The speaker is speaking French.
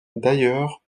d’ailleurs